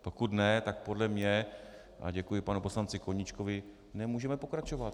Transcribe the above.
Pokud ne, tak podle mě a děkuji panu poslanci Koníčkovi nemůžeme pokračovat.